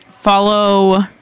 follow